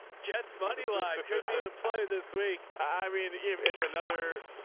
jets money line could be the play this week. i mean, if if another,